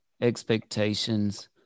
expectations